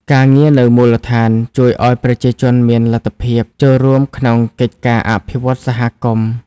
ការងារនៅមូលដ្ឋានជួយឱ្យប្រជាជនមានលទ្ធភាពចូលរួមក្នុងកិច្ចការអភិវឌ្ឍសហគមន៍។